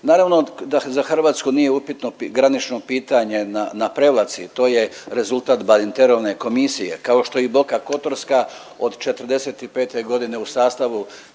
Naravno da za Hrvatsku nije upitno granično pitanje na Prevlaci, to je rezultat Badinterove komisije kao što je i Boka Kotorska od '45. godine u sastavu